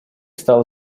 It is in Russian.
стал